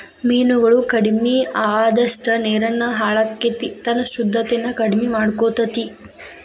ಮೇನುಗಳು ಕಡಮಿ ಅಅದಷ್ಟ ನೇರುನು ಹಾಳಕ್ಕತಿ ತನ್ನ ಶುದ್ದತೆನ ಕಡಮಿ ಮಾಡಕೊತತಿ